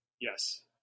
Yes